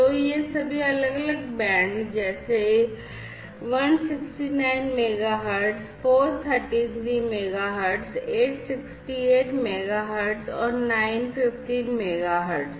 तो ये सभी अलग अलग बैंड जैसे 169 मेगाहर्ट्ज़ 433 मेगाहर्ट्ज़ 868 मेगाहर्ट्ज़ और 915 मेगाहर्ट्ज़